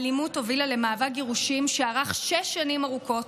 האלימות הובילה למאבק גירושים שארך שש שנים ארוכות,